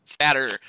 Sadder